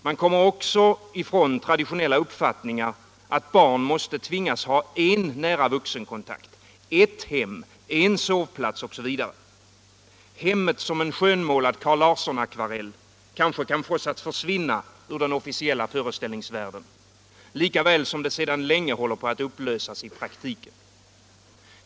Man kommer också ifrån traditionella uppfattningar att barn måste tvingas ha en nära vuxenkontakt, en sovplats osv. Hemmet som en skönmålad Carl Larsson-akvarell kanske kan fås att försvinna ur den officiella föreställningsvärlden, lika väl som det sedan länge håller på att upplösas i praktiken.